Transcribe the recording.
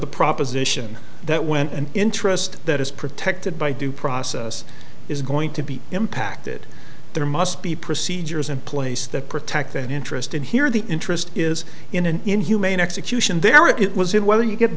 the proposition that when an interest that is protected by due process is going to be impacted there must be procedures in place that protect that interest and here the interest is in an inhumane execution there it was in whether you get